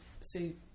see